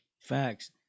Facts